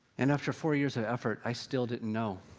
and after four years of effort, i still didn't know.